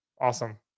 Awesome